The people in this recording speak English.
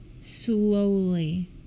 slowly